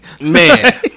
Man